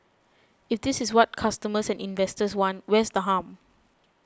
if this is what customers and investors want where's the harm